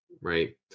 right